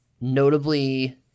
notably